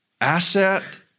asset